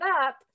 up